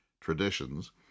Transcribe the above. traditions